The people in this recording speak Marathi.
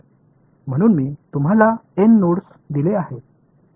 म्हणून मी तुम्हाला एन नोड्स दिले आहेत